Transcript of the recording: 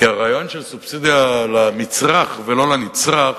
כי הרעיון של סובסידיה למצרך ולא לנצרך,